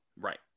Right